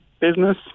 business